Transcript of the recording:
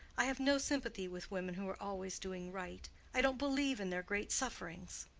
i have no sympathy with women who are always doing right. i don't believe in their great sufferings.